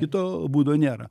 kito būdo nėra